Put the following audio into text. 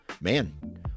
man